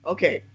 Okay